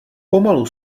pomalu